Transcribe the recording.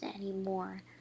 anymore